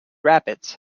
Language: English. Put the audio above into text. rapids